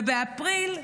ובאפריל,